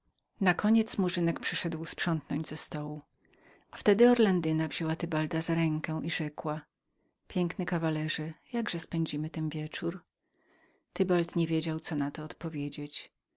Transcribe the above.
wyraźnie nakoniec murzynek przyszedł sprzątnąć ze stołu wtedy orlandyna wzięła tybalda za rękę i rzekła na czemże mój luby spędzimy ten wieczór tybald nie wiedział co na to odpowiedzieć